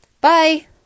bye